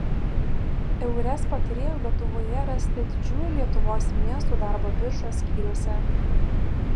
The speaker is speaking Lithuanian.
eures patarėjų lietuvoje rasite didžiųjų lietuvos miestų darbo biržos skyriuose